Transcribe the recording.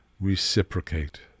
reciprocate